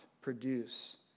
produce